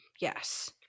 Yes